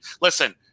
listen